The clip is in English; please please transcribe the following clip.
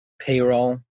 payroll